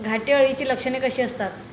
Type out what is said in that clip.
घाटे अळीची लक्षणे कशी असतात?